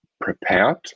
prepared